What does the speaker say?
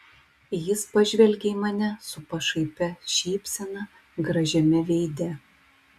jis pažvelgė į mane su pašaipia šypsena gražiame veide